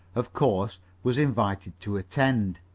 of course, was invited to attend,